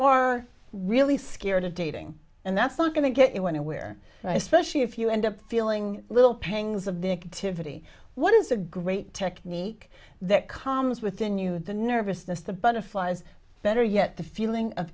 are really scared of dating and that's not going to get one where i especially if you end up feeling a little pangs of the activity what is a great technique that comes within you the nervousness the butterflies better yet the feeling of